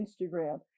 Instagram